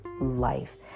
life